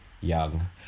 young